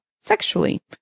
sexually